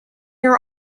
are